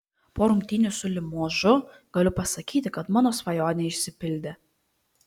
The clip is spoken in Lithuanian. po rungtynių su limožu galiu pasakyti kad mano svajonė išsipildė